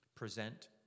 Present